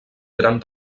gran